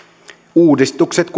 uudistukset